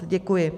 Děkuji.